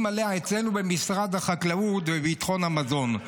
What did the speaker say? עליה אצלנו במשרד החקלאות וביטחון המזון.